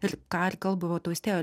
ir ką ir kalba vat austėja